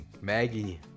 Maggie